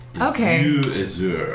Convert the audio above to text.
Okay